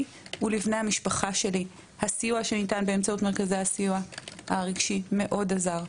לי ולבני המשפחה שלי באמצעות מרכזי הסיוע הרגשי מאוד עזר.